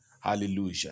Hallelujah